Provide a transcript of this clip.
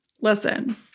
Listen